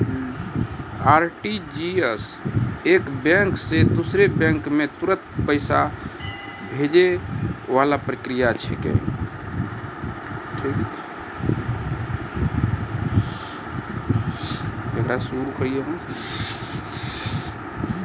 RTGS एक bank से दूसरो बैंक मे तुरंत पैसा भैजै वाला प्रक्रिया छिकै